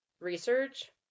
research